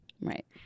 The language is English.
right